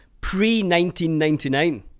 pre-1999